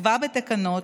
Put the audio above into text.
נקבע בתקנות